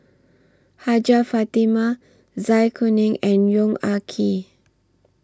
Hajjah Fatimah Zai Kuning and Yong Ah Kee